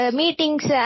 meetings